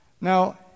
Now